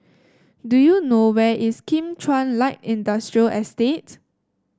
do you know where is Kim Chuan Light Industrial Estate